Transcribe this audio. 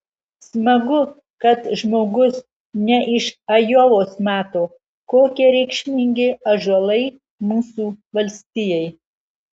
smagu kad žmogus ne iš ajovos mato kokie reikšmingi ąžuolai mūsų valstijai